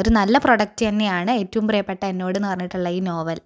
ഒരു നല്ല പ്രോഡക്റ്റ് തന്നെയാണ് ഏറ്റവും പ്രിയ്യപ്പെട്ട എന്നോട് എന്ന് പറഞ്ഞിട്ടുള്ള ഈ നോവൽ